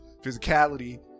physicality